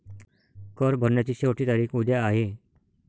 कर भरण्याची शेवटची तारीख उद्या आहे